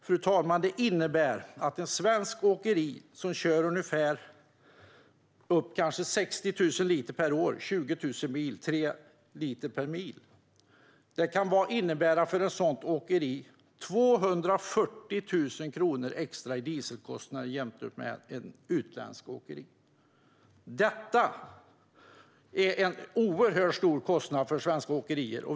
Detta, fru talman, kan för ett svenskt åkeri som kör upp 60 000 liter per år - 20 000 mil med 3 liter per mil - innebära 240 000 kronor extra i dieselkostnader jämfört med ett utländskt åkeri. Detta är en oerhört stor kostnad för svenska åkerier.